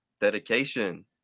Dedication